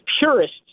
purists